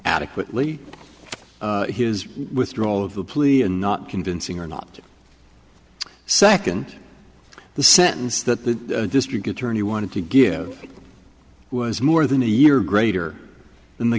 adequately his withdrawal of the plea and not convincing or not second the sentence that the district attorney wanted to give it was more than a year greater than the